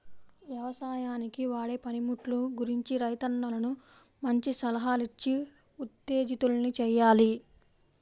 యవసాయానికి వాడే పనిముట్లు గురించి రైతన్నలను మంచి సలహాలిచ్చి ఉత్తేజితుల్ని చెయ్యాలి